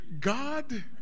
God